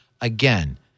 Again